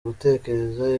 gutekereza